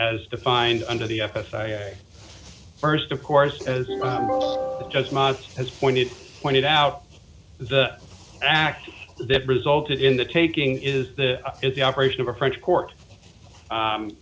s defined under the fs i first of course just must as pointed pointed out the act that resulted in the taking is that is the operation of a french court